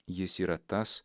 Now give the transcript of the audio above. jis yra tas